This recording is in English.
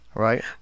Right